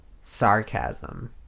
Sarcasm